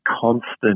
constant